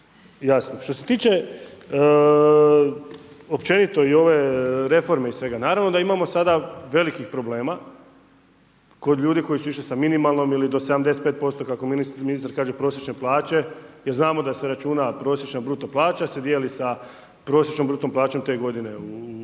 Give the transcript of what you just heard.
jasnu. Što se tiče općenito i ove reforme i svega, naravno da imamo sada velikih problema kod ljudi koji su išli sa minimalnom ili do 75% kako ministar kaže prosječne plaće, jer znamo da se računa prosječna bruto plaća se dijeli sa prosječnom bruto plaćom te godine u